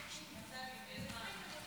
זאת